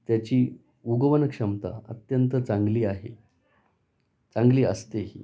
त्याची उगवणक्षमता अत्यंत चांगली आहे चांगली असते